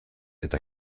eta